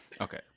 Okay